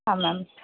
ಹಾಂ ಮ್ಯಾಮ್